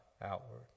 outward